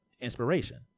inspiration